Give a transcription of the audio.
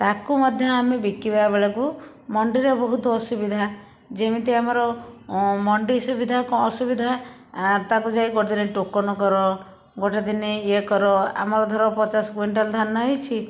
ତା'କୁ ମଧ୍ୟ ଆମେ ବିକିବା ବେଳକୁ ମଣ୍ଡିରେ ବହୁତ ଅସୁବିଧା ଯେମିତି ଆମର ମଣ୍ଡି ସୁବିଧା କ'ଣ ଅସୁବିଧା ତାକୁ ଯାଇ ଗୋଟିଏ ଦିନ ଟୋକନ କର ଗୋଟିଏ ଦିନ ଇଏ କର ଆମର ଧର ପଚାଶ କୁଇଣ୍ଟାଲ ଧାନ ହୋଇଛି